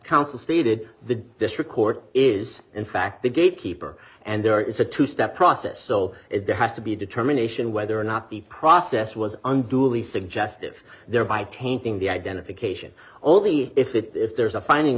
stated the district court is in fact the gatekeeper and there is a two step process so it has to be determination whether or not the process was unduly suggestive thereby tainting the identification only if it if d there's a finding